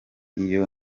iyo